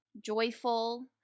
joyful